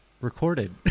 recorded